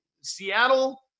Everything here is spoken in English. Seattle